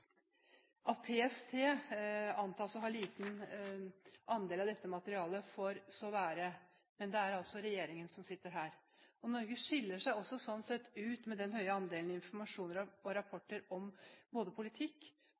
At PST antas å ha en liten andel av dette materialet, det får så være, men det er regjeringen som sitter her. Norge skiller seg også slik sett ut med den høye andelen av informasjon og rapporter om både politikk,